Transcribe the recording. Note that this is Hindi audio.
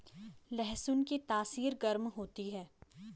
लहसुन की तासीर गर्म होती है